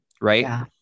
right